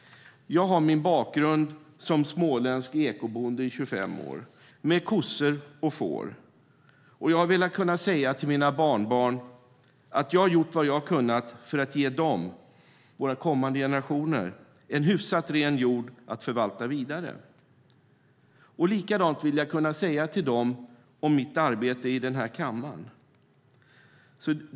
Jag har min bakgrund som småländsk ekobonde i 25 år, med kossor och får. Jag har velat kunna säga till mina barnbarn att jag gjort vad jag kunnat för att ge dem, våra kommande generationer, en hyfsat ren jord att förvalta vidare. Likadant vill jag kunna säga till dem om mitt arbete i denna kammare.